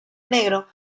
negro